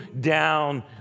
down